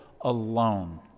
alone